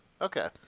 Okay